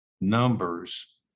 numbers